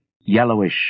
yellowish